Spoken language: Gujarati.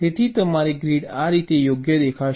તેથી તમારી ગ્રીડ આ રીતે યોગ્ય દેખાશે